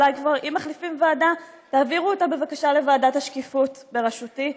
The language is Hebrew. אולי אם כבר מחליפים ועדה תעבירו אותה בבקשה לוועדת השקיפות בראשותי,